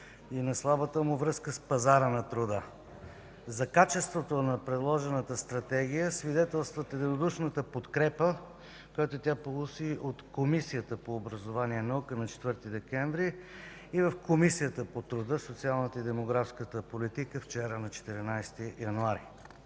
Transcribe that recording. и на слабата му връзка с пазара на труда. За качеството на предложената Стратегия свидетелстват единодушната подкрепа, която тя получи от Комисията по образованието и науката на 4 декември и в Комисията по труда, социалната и демографската политика вчера, на 14 януари